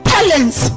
Talents